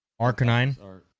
Arcanine